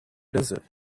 desert